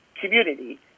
community